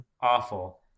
awful